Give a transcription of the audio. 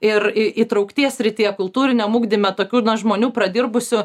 ir įtraukties srityje kultūriniam ugdyme tokių na žmonių pradirbusių